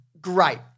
great